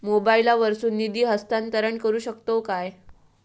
मोबाईला वर्सून निधी हस्तांतरण करू शकतो काय?